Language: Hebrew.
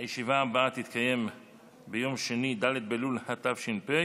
הישיבה הבאה תתקיים ביום שני, ד' באלול התש"ף,